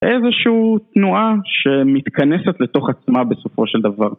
איזשהו תנועה שמתכנסת לתוך עצמה בסופו של דבר.